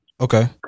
okay